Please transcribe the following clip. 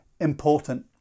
important